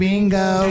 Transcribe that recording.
Bingo